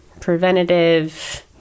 preventative